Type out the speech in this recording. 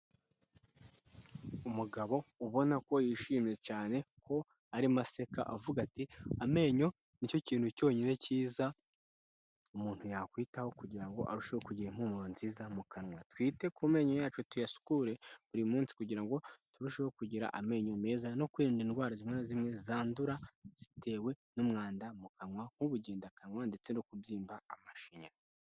umugabo ubona ko yishimye cyane ko arimo aseka avuga ati:' amenyo nicyo kintu cyonyine cyiza umuntu yakwitaho kugirango arusheho kugira impumuro nziza mu kanwa". Twite ku menyo yacu tuyasukure buri munsi kugira ngo turusheho kugira amenyo meza no kwirinda indwara zimwe na zimwe zandura zitewe n'umwanda mu kanwa k'ubugendakanwa ndetse no kubyimba amashinyara.